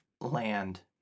land